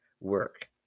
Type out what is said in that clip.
work